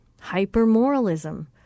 hyper-moralism